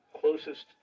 closest